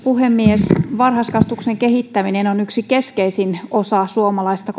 puhemies varhaiskasvatuksen kehittäminen on yksi keskeisin osa suomalaista